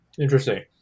Interesting